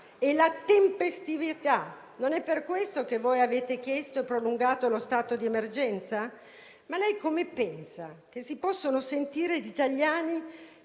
e la tempestività. Non è per questo che voi avete chiesto e prolungato lo stato di emergenza? Come pensa si possano sentire gli italiani